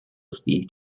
speed